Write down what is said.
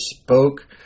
spoke